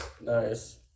Nice